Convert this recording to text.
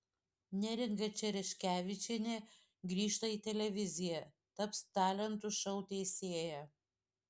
neringa čereškevičienė grįžta į televiziją taps talentų šou teisėja